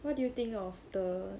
what do you think of the